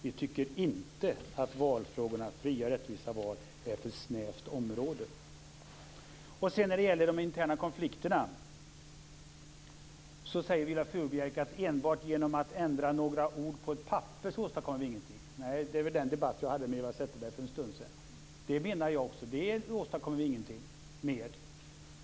Vi tycker inte att valfrågorna, fria och rättvisa val, är ett för snävt område. Sedan var det de interna konflikterna. Viola Furubjelke säger att det inte åstadkommes någonting enbart genom att ändra några ord på ett papper. Det är den debatten jag hade med Eva Zetterberg för en stund sedan. Jag håller med om att vi inte åstadkommer någonting på det sättet.